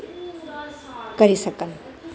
करी सकन